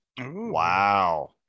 Wow